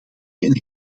een